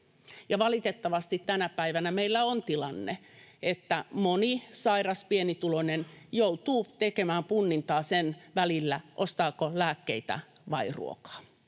Valitettavasti tänä päivänä meillä on tilanne, että moni sairas pienituloinen joutuu tekemään punnintaa sen välillä, ostaako lääkkeitä vai ruokaa